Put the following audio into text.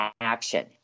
action